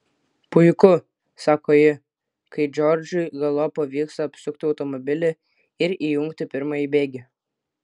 puiku sako ji kai džordžui galop pavyksta apsukti automobilį ir įjungti pirmąjį bėgį